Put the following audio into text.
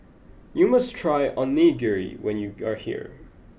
you must try Onigiri when you are here